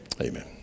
amen